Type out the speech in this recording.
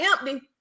empty